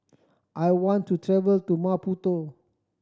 I want to travel to Maputo